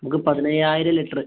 നമ്മക്ക് പതിനയ്യായിരം ലിറ്ററ്